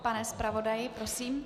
Pane zpravodaji, prosím.